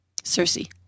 Cersei